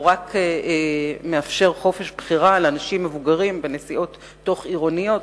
הוא רק מאפשר חופש בחירה לאנשים מבוגרים בנסיעות תוך-עירונית,